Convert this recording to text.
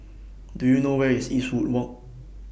Do YOU know Where IS Eastwood Walk